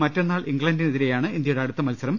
മറ്റന്നാൾ ഇംഗ്ലണ്ടിനെതിരെയാണ് ഇന്ത്യയുടെ അടുത്ത മത്സരം